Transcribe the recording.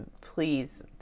please